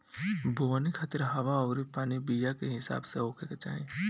बोवनी खातिर हवा अउरी पानी बीया के हिसाब से होखे के चाही